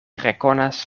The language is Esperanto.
rekonas